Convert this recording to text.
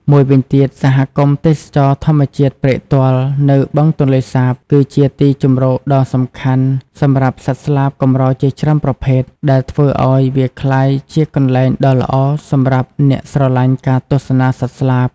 មួយវិញទៀត សហគមន៍ទេសចរណ៍ធម្មជាតិព្រែកទាល់ នៅបឹងទន្លេសាប គឺជាទីជម្រកដ៏សំខាន់សម្រាប់សត្វស្លាបកម្រជាច្រើនប្រភេទ ដែលធ្វើឱ្យវាក្លាយជាកន្លែងដ៏ល្អសម្រាប់អ្នកស្រឡាញ់ការទស្សនាសត្វស្លាប។